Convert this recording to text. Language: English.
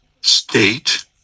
state